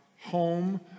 home